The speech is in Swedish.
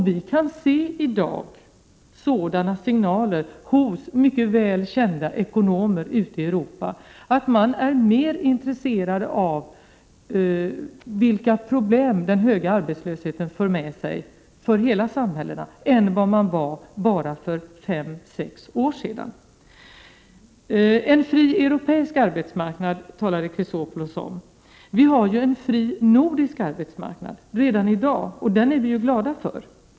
Vi får i dag signaler från mycket väl kända ekonomer ute i Europa om att man i dag är mera intresserad än man var för bara fem sex år sedan av att ta reda på vilka problem den höga arbetslösheten för med sig för hela samhället. Alexander Chrisopoulos talar om en fri europeisk arbetsmarknad. Det finns ju redan i dag en fri nordisk arbetsmarknad, som vi är glada för.